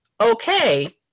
Okay